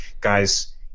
guys